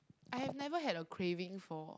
I have never had a craving for